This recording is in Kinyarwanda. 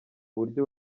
buryo